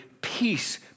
peace